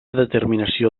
determinació